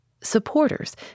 Supporters